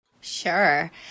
Sure